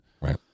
right